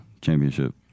championship